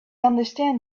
understand